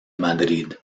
madrid